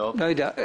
לא יודע.